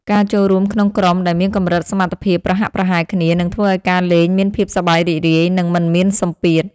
ការចូលរួមក្នុងក្រុមដែលមានកម្រិតសមត្ថភាពប្រហាក់ប្រហែលគ្នានឹងធ្វើឱ្យការលេងមានភាពសប្បាយរីករាយ និងមិនមានសម្ពាធ។